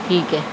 ٹھیک ہے